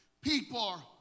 people